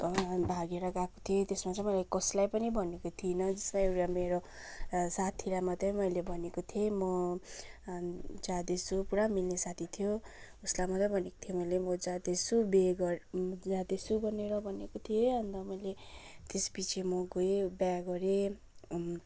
भागेर गएको थिएँ त्यसमा चाहिँ मैले कसलाई पनि भनेको थिइनँ जसलाई एउटा मेरो साथीलाई मात्रै मैले भनेको थिएँ म जाँदैछु पुरा मिल्ने साथी थियो उसलाई मात्रै भनेको थिएँ मैले म जाँदैछु बिहे गरेर जाँदैछु भनेर भनेको थिएँ अन्त मैले त्यसपछि म गएँ बिहा गरेँ